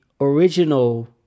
original